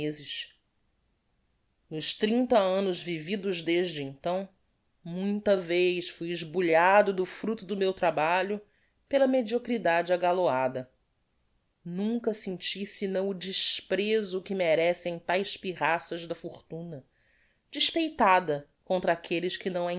mezes nos trinta annos vividos desde então muita vez fui esbulhado do fructo do meu trabalho pela mediocridade agaloada nunca senti senão o desprezo que merecem taes pirraças da fortuna despeitada contra aquelles que não